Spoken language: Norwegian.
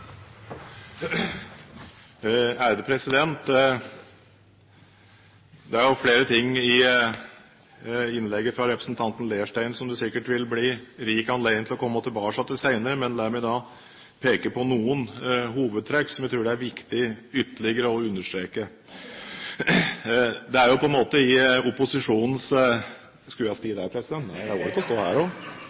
Det er flere ting i innlegget fra representanten Leirstein som det sikkert vil bli rik anledning til å komme tilbake til senere. Men la meg peke på noen hovedtrekk som jeg tror det er viktig ytterligere å understreke. Det ligger jo på en måte litt i opposisjonens rolle å ha litt mer penger og å synes at regjeringens politikk er litt grå. Men